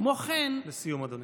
כמו כן, לסיום, אדוני.